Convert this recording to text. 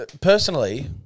personally